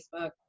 Facebook